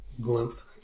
glimpse